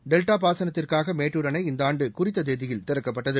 delta பாசனத்திற்காக மேட்டூர் அணை இந்த ஆண்டு குறித்த தேதியில் திறக்கப்பட்டது